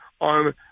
on